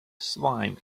slime